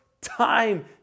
time